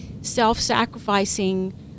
self-sacrificing